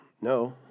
No